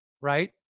right